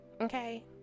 okay